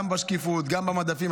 גם בשקיפות, גם במדפים.